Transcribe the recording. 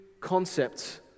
concepts